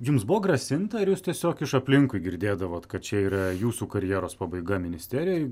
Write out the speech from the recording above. jums buvo grasinta ar jūs tiesiog iš aplinkui girdėdavot kad čia yra jūsų karjeros pabaiga ministerijoj